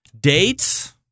dates